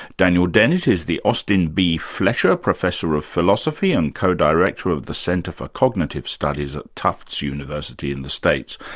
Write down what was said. daniel dennett is the austin b. fletcher professor of philosophy and co-director of the center for cognitive studies at tufts university in the states.